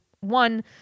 one